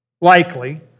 likely